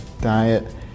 diet